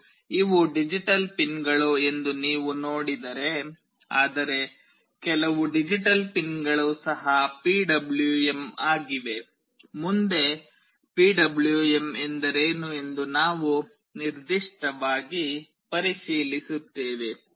ಮತ್ತು ಇವು ಡಿಜಿಟಲ್ ಪಿನ್ಗಳು ಎಂದು ನೀವು ನೋಡಿದರೆ ಆದರೆ ಕೆಲವು ಡಿಜಿಟಲ್ ಪಿನ್ಗಳು ಸಹ ಪಿಡಬ್ಲ್ಯೂಎಂ ಆಗಿವೆ ಮುಂದೆ ಪಿಡಬ್ಲ್ಯೂಎಂ ಎಂದರೇನು ಎಂದು ನಾವು ನಿರ್ದಿಷ್ಟವಾಗಿ ಪರಿಶೀಲಿಸುತ್ತೇವೆ